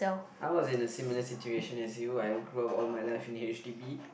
I was in a similar situation as you I grew up all my life in H_D_B